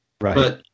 Right